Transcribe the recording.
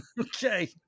okay